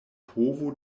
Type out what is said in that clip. povo